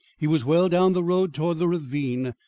he was well down the road towards the ravine,